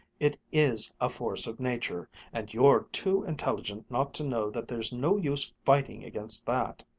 it is a force of nature and you're too intelligent not to know that there's no use fighting against that.